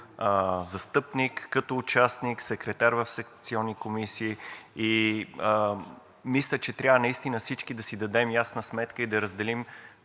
застъпник, като участник, секретар в секционни комисии и мисля, че трябва наистина всички да си дадем ясна сметка и да разделим